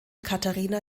katharina